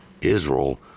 Israel